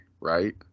right